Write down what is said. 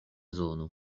zono